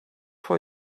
for